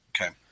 Okay